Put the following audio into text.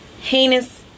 heinous